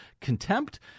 contempt